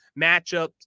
matchups